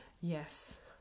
Yes